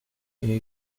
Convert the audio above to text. tiny